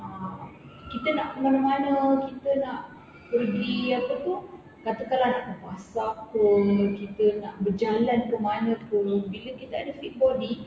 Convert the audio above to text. ah kita nak ke mana-mana kita nak pergi apa tu katakan lah pasar ke kita nak berjalan ke mana ke bila kita ada fit body